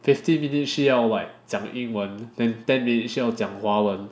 fifteen minutes 需要 like 讲英文 than ten minutes 需要讲华文